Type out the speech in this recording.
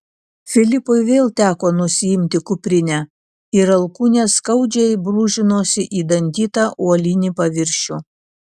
filipui vėl teko nusiimti kuprinę ir alkūnės skaudžiai brūžinosi į dantytą uolinį paviršių